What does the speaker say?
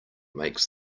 makes